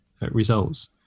results